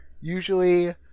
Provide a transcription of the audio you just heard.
usually